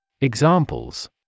Examples